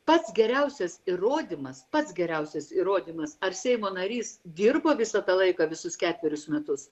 pats geriausias įrodymas pats geriausias įrodymas ar seimo narys dirbo visą tą laiką visus ketverius metus